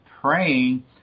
praying